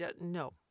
No